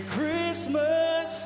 Christmas